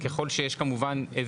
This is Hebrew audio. כמובן,